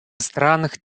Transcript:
странах